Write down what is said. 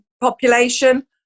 population